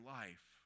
life